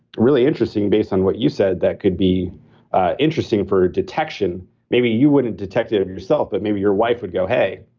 interesting based on what you said, that could be interesting for detection. maybe you wouldn't detect it in yourself, but maybe your wife would go, hey,